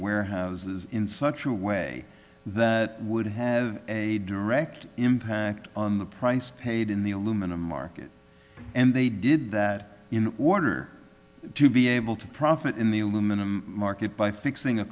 warehouses in such a way that would have a direct impact on the price paid in the aluminum market and they did that in order to be able to profit in the aluminum market by fixing a